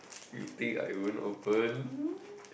you think I won't open